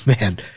Man